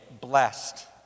blessed